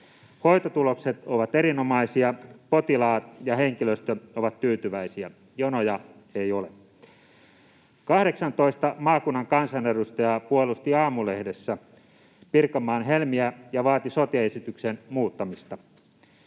Hoitotulokset ovat erinomaisia, potilaat ja henkilöstö ovat tyytyväisiä, jonoja ei ole. 18 maakunnan kansanedustajaa puolusti Aamulehdessä Pirkanmaan helmiä ja vaati sote-esityksen muuttamista.